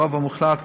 ברוב המוחלט,